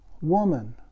Woman